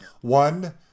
One